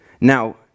Now